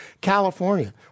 California